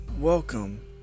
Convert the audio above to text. Welcome